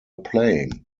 playing